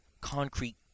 concrete